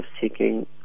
seeking